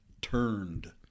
turned